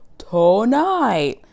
tonight